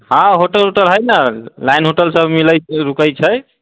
हँ होटल वोटल है ने लाइन होटल सभ मिलैत रुकैत छै